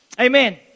Amen